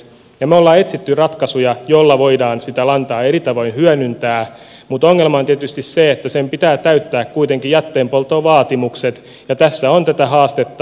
me olemme etsineet ratkaisuja joilla voidaan sitä lantaa eri tavoin hyödyntää mutta ongelma on tietysti se että sen pitää täyttää kuitenkin jätteenpolton vaatimukset ja tässä on tätä haastetta